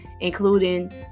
including